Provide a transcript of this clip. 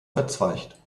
verzweigt